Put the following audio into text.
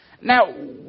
Now